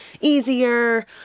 easier